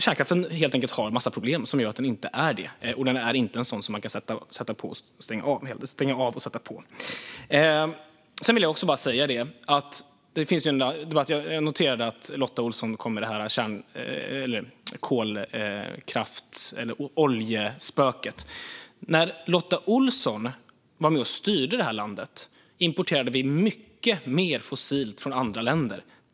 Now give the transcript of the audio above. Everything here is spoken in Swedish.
Kärnkraften har helt enkelt en massa problem som gör att den inte är det, och man kan inte stänga av och sätta på den. Jag noterade att Lotta Olsson kom med oljespöket. När Lotta Olsson var med och styrde landet importerade vi mycket mer fossilt från andra länder.